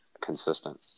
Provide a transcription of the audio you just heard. consistent